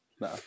No